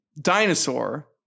dinosaur